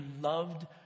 loved